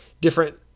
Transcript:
different